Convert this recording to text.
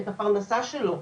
את הפרנסה שלו.